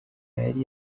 yari